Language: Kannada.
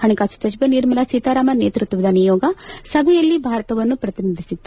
ಹಣಕಾಸು ಸಚವೆ ನಿರ್ಮಲಾ ಸೀತಾರಾಮನ್ ನೇತೃತ್ವದ ನಿಯೋಗ ಸಭೆಯಲ್ಲಿ ಭಾರತವನ್ನು ಪ್ರತಿನಿಧಿಸಿತ್ತು